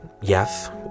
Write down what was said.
yes